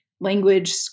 language